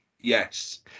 yes